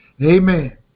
Amen